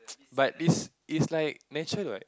but this is like natural what